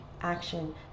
action